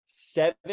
Seven